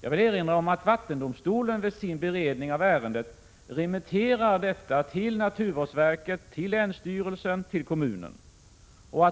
Jag vill erinra om att vattendomstolen vid sin beredning av ärendet remitterar detta till naturvårdsverket, länsstyrelsen och kommunen.